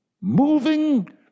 Moving